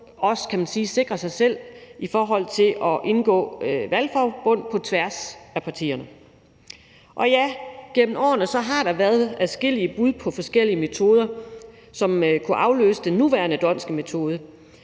sikrer sig selv i forhold til at indgå valgforbund på tværs af partierne. Og ja, gennem årene har der været adskillige bud på forskellige metoder, som kunne afløse den nuværende d’Hondtske metode.